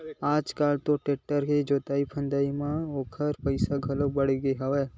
आज कल तो टेक्टर म जोतई फंदई बर ओखर पइसा घलो बाड़गे हवय